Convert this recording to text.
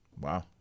Wow